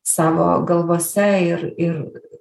savo galvose ir ir